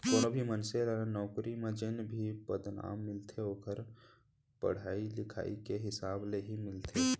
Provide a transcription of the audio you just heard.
कोनो भी मनसे ल नउकरी म जेन भी पदनाम मिलथे ओखर पड़हई लिखई के हिसाब ले ही मिलथे